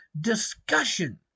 discussion